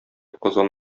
казан